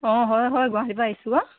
অঁ হয় হয় গুৱাহাটীৰপৰা আহিছোঁ আকৌ